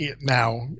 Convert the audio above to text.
now